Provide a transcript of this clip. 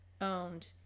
owned